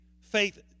faith